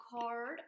card